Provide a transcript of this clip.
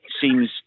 seems